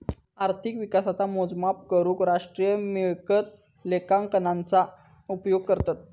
अर्थिक विकासाचा मोजमाप करूक राष्ट्रीय मिळकत लेखांकनाचा उपयोग करतत